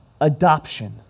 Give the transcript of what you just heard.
Adoption